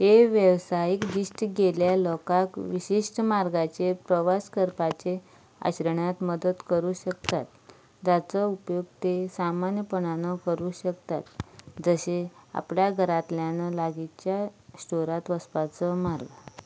हे वेवसायीक दिश्ट गेल्ल्या लोकांक विशिश्ट मार्गांचेर प्रवास करपाचें आचरणांत मदत करूंक शकतात जाचो उपेग ते सामान्यपणान करूंक खतात जशें आपल्या घरांतल्यान लागींच्या स्टोरांत वचपाचो मार्ग